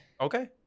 Okay